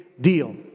deal